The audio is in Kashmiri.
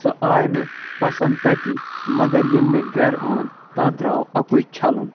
سۄ آے مےٚ پَسنٛد تَتی مگر ییٚلہِ مےٚ گَرٕ اوٚن تَتھ درٛاو اَکُے چھَلُن